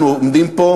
אנחנו עומדים פה